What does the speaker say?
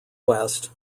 west